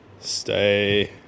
stay